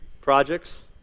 projects